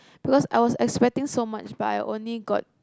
because I was expecting so much but I only got